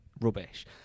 rubbish